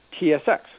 TSX